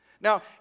Now